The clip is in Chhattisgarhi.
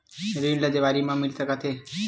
ऋण ला देवारी मा मिल सकत हे